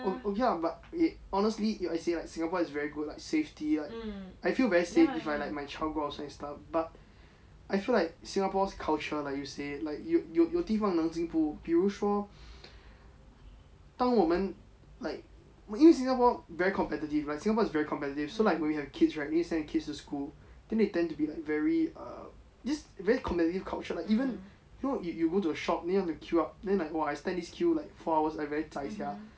ya but honestly I say like singapore is very good like safety like I feel very safe if like my child go outside stuff but I feel like singapore's culture like you say like 有有地方能进步比如说当我们 like 因为新加坡 very competitive like singapore is very competitive so like when we have kids right when we send the kids to school then they tend to be like very err this very competitive culture even you know you you go to a shop then you want to queue up then like !wah! I stand this queue like four hours I very zai [sial]